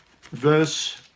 verse